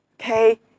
Okay